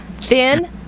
thin